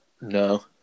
No